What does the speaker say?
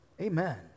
Amen